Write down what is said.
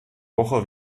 woche